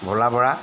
Bhola Bora